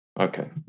Okay